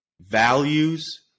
values